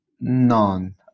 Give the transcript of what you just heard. None